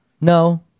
No